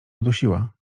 udusiła